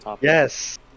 Yes